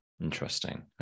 Interesting